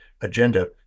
agenda